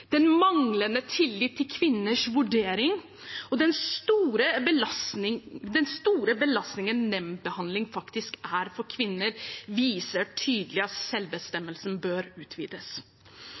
den manglende tilliten til kvinners vurdering og den store belastningen nemndbehandling faktisk er for kvinner, viser tydelig at selvbestemmelsen bør utvides.